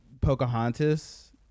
Pocahontas